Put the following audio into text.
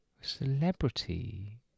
Celebrity